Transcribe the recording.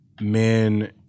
men